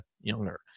younger